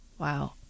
Wow